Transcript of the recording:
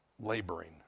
laboring